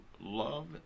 love